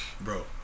bro